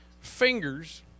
fingers